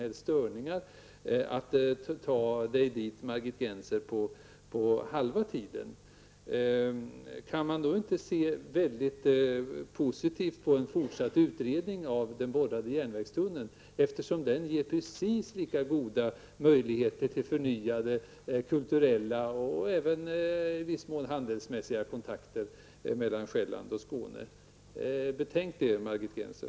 Med en tågtunnel kommer Margit Gennser att kunna ta sig till Köpenhamn på halva tiden. Kan man då inte se positivt på en fortsatt utredning av en borrad järnvägstunnel, eftersom den ger precis lika goda möjligheter till förnyade kulturella och även i viss mån handelsmässiga kontakter mellan Själland och Skåne? Betänk detta, Margit Gennser!